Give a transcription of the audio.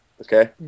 okay